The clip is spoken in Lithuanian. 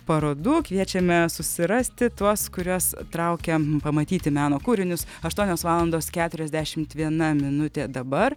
parodų kviečiame susirasti tuos kuriuos traukia pamatyti meno kūrinius aštuonios valandos keturiasdešimt viena minutė dabar